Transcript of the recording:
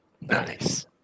Nice